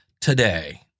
today